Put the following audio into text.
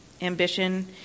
ambition